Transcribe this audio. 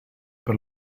per